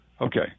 Okay